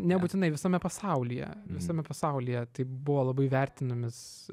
nebūtinai visame pasaulyje visame pasaulyje tai buvo labai vertinamis